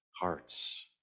hearts